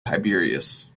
tiberius